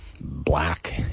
Black